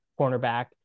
cornerback